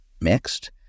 mixed